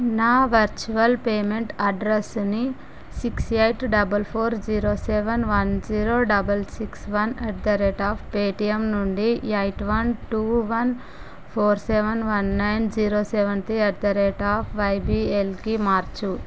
నా virtual payment అడ్రెస్సుని six eight double four zero seven one zero double six one at the rate of Paytm నుండి eight one two one four seven one nine zero seven three at the rate of వైబిఎల్కి మార్చు